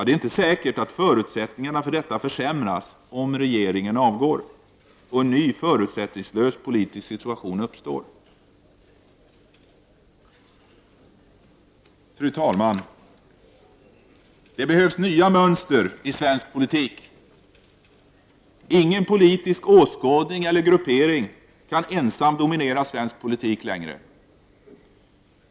Det är inte säkert att förutsättningarna för detta försämras om nu regeringen avgår och en ny förutsättningslös politisk situation uppstår. Fru talman! Det behövs nya mönster i svensk politik. Ingen politisk åskådning eller gruppering kan ensam dominera svensk politik längre.